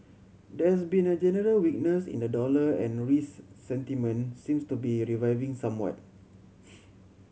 there's been a general weakness in the dollar and risk sentiment seems to be reviving somewhat